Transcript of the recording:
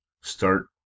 start